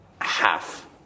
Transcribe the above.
half